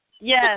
Yes